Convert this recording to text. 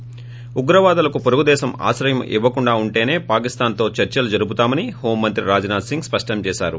ి ఉగ్రవాదులకు పొరుగు దేశం ఆశ్రయం ఇవ్వకుండా ఉంటేనే పాకిస్తాన్తో చర్చలు జరుపుతామని హోం మంత్రి రాజ్నాథ్ సింగ్ స్పష్టం చేశారు